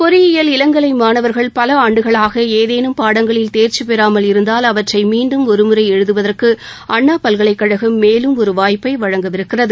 பொறியியல் இளங்கலை மாணவர்கள் பல ஆண்டுகளாக ஏதேனும் பாடங்களில் தேர்ச்சி பெறாமல் இருந்தால் அவற்றை மீண்டும் ஒரு முறை எழுதுவதற்கு அண்ணா பல்கலைக்கழகம் மேலும் ஒரு வாய்ப்பை வழங்கவிருக்கிறது